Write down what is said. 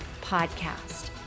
podcast